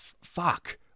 fuck